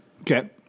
Okay